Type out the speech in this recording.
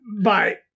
Bye